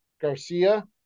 Garcia